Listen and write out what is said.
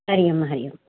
हरिओम हरिओम